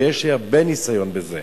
ויש לי הרבה ניסיון בזה,